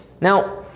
now